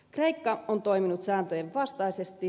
kreikka on toiminut sääntöjen vastaisesti